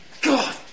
god